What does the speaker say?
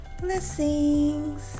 Blessings